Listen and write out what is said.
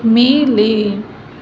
மேலே